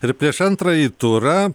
ir prieš antrąjį turą